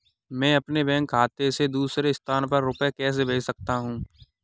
मैं अपने बैंक खाते से दूसरे स्थान पर रुपए कैसे भेज सकता हूँ?